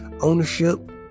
ownership